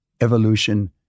evolution